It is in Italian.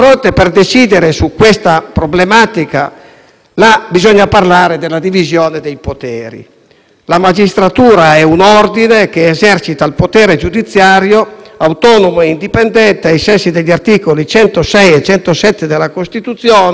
La magistratura è un ordine che esercita un potere giudiziario autonomo e indipendente ai sensi degli articoli 106 e 107 della Costituzione - la citiamo anche noi - garantito dalle nomine per concorso e dalla inamovibilità.